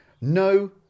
no